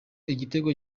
igitego